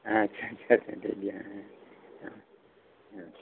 ᱟᱪᱪᱷᱟ ᱟᱪᱪᱷᱟ ᱴᱷᱤᱠ ᱜᱮᱭᱟ ᱦᱮᱸ ᱦᱮᱸ ᱟᱪᱪᱷᱟ ᱦᱮᱸ ᱦᱮᱸ